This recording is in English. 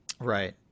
Right